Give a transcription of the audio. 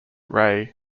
ray